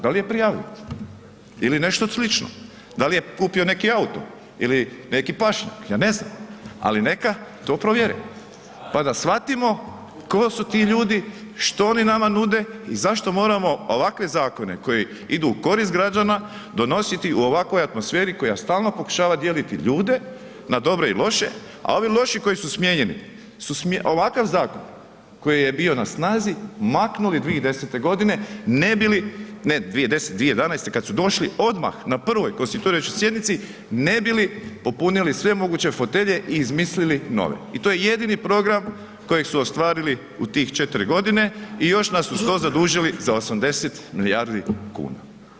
Da li je prijavio ili nešto slično, da li je kupio neki auto ili neki pašnjak, ja ne znam ali neka to provjere pa da shvatimo tko su ti ljudi, što oni nama nude i zašto moramo ovakve zakone koji idu u korist građana, donositi u ovakvoj atmosferi koja stalno pokušava dijeliti ljude na dobre i loše a ovi loši koji su smijenjeni, ovakav zakon koji je bio na snazi, maknuli 2010. g. ne bi li, ne 2010., 2011. kad su došli odmah na prvoj konstituirajućoj sjednici, ne bi li popunili svemoguće fotelje i izmislili nove i to je jedini program kojeg su ostvarili u tih 4 g. i još su nas uz to zadužili za 80 milijardi kuna.